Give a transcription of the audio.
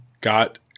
got